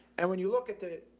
and when you look at the,